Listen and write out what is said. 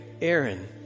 Aaron